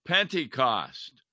Pentecost